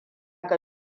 ga